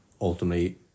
ultimately